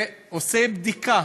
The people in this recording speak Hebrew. והוא עושה בדיקה,